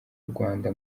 rwanda